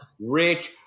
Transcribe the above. rich